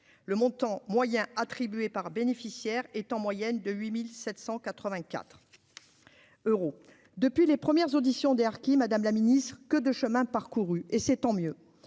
le montant moyen attribué par bénéficiaire est en moyenne de 8784 euros depuis les premières auditions des harkis, Madame la Ministre, que de chemin parcouru et c'est tant mieux,